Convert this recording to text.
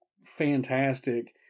fantastic